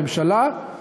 הממשלה,